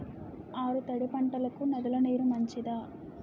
ఆరు తడి పంటలకు నదుల నీరు మంచిదా?